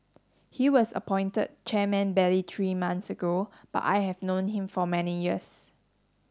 he was appointed chairman barely three months ago but I have known him for many years